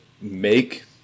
make